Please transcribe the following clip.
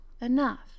enough